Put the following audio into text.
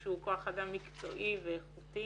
שהוא כוח אדם מקצועי ואיכותי